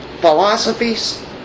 philosophies